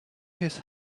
his